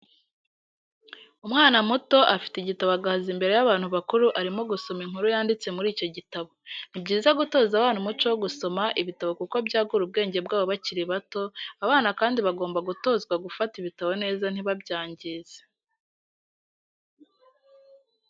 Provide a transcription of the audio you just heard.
Umwana muto afite igitabo ahagaze imbere y'abantu bakuru arimo gusoma inkuru yanditse muri icyo gitabo. Ni byiza gutoza abana umuco wo gusoma ibitabo kuko byagura ubwenge bwabo bakiri bato, abana kandi bagomba gutozwa gufata ibitabo neza ntibabyangize.